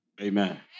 Amen